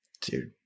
dude